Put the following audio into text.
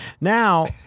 now